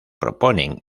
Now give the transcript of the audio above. proponen